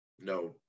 No